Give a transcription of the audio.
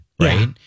Right